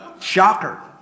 Shocker